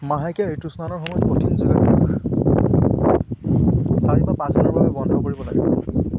মাহেকীয়া ঋতুস্নানৰ সময়ত কঠিন যোগাভ্যাস চাৰি বা পাঁচদিনৰ বাবে বন্ধ কৰিব লাগে